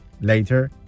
later